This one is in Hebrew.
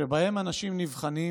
שבהם אנשים נבחנים